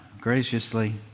graciously